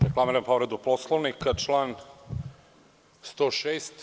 Reklamiram povredu Poslovnika, član 106.